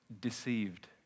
deceived